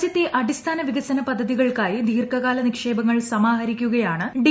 രാജ്യത്തെ അടിസ്ഥാന വികസന് പദ്ധതികൾക്കായി ദീർഘകാല ്ന്റിക്ഷേപങ്ങൾ സമാഹരിക്കുകയാണ് ഡി